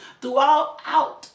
throughout